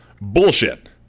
Bullshit